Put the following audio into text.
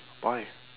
why